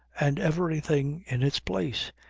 and everything in its place,